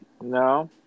no